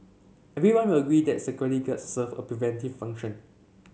everyone will agree that security guards serve a preventive function